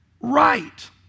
right